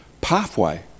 pathway